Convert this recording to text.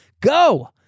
go